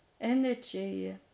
energy